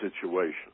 situation